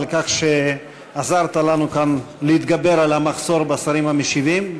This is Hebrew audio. על כך שעזרת לנו כאן להתגבר על המחסור בשרים משיבים.